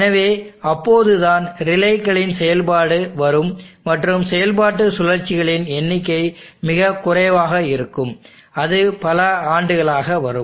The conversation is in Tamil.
எனவே அப்போதுதான் ரிலேக்களின் செயல்பாடு வரும் மற்றும் செயல்பாட்டு சுழற்சிகளின் எண்ணிக்கை மிகக் குறைவாக இருக்கும் அது பல ஆண்டுகளாக வரும்